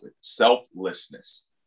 selflessness